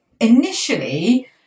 initially